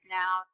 now